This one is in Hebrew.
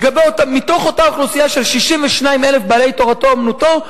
מתוך אותה אוכלוסייה של 62,000 תורתו-אומנותו,